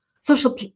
social